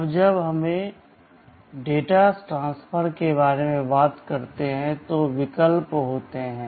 अब जब हम डेटा ट्रांसफर के बारे में बात करते हैं तो विकल्प होते हैं